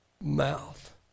mouth